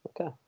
Okay